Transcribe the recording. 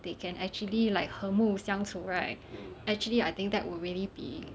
they can actually like 和睦相处 right actually I think that would really be